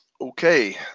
Okay